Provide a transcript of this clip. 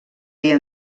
dia